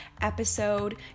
episode